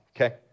okay